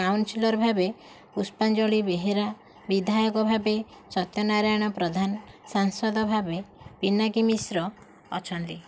councillor ଭାବେ ପୁଷ୍ପାଞ୍ଜଳି ବେହେରା ବିଧାୟକ ଭାବେ ସତ୍ୟ ନାରାୟଣ ପ୍ରଧାନ ସାଂସଦ ଭାବେ ପିନାକି ମିଶ୍ର ଅଛନ୍ତି